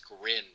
grin